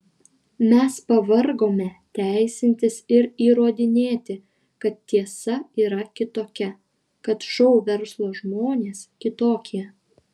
mes pavargome teisintis ir įrodinėti kad tiesa yra kitokia kad šou verslo žmonės kitokie